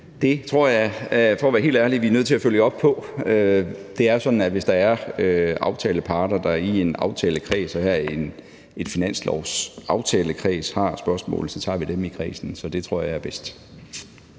helt ærlig vi er nødt til at følge op på. Det er jo sådan, at hvis der er aftaleparter, der i en aftalekreds, her i en finanslovsaftalekreds, har spørgsmål, så tager vi dem i kredsen. Så det tror jeg er bedst.